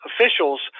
officials